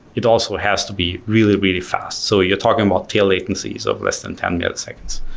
it also has to be really, really fast. so you're talking about tail latencies of less than ten milliseconds.